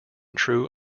true